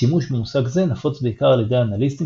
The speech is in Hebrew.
השימוש במושג זה נפוץ בעיקר על ידי אנליסטים